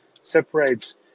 separates